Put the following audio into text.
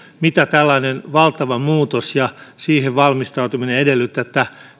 mitä tällainen valtava muutos ja siihen valmistautuminen edellyttävät